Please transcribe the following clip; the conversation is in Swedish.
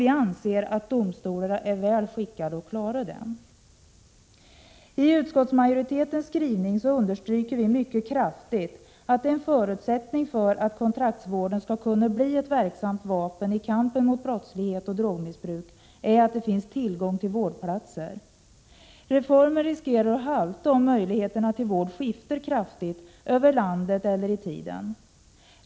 Vi anser att domstolarna är väl skickade att klara detta. Utskottsmajoriteten understryker mycket kraftigt i sin skrivning att en förutsättning för att kontraktsvården skall kunna bli ett verksamt vapen i kampen mot brottslighet och drogmissbruk är att det finns tillgång till vårdplatser. Reformen riskerar att halta om möjligheterna till vård skiftar kraftigt över landet eller i tiden.